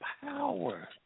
power